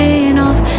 enough